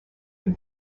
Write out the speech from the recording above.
for